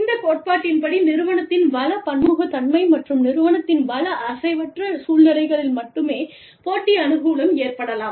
இந்த கோட்பாட்டின் படி நிறுவனத்தின் வள பன்முகத்தன்மை மற்றும் நிறுவனத்தின் வள அசைவற்ற சூழ்நிலைகளில் மட்டுமே போட்டி அனுகூலம் ஏற்படலாம்